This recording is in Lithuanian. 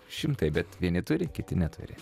šimtai bet vieni turi kiti neturi